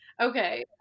okay